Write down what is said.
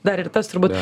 dar ir tas turbūt